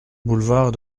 boulevard